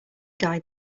guy